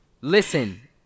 listen